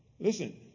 Listen